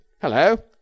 hello